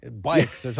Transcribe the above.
Bikes